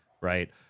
right